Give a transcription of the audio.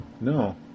No